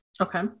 Okay